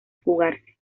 fugarse